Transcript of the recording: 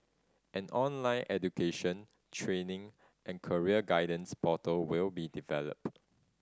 an online education training and career guidance portal will be developed